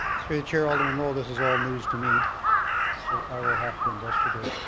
through the chair, alderman lowe, this is all news to me so i will have to investigate.